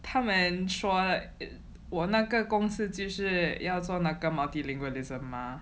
他们说我那个公司就是要做那个 multilingualism mah